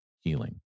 healing